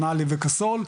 מנאלי וקסול,